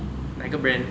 oh 哪一个 brand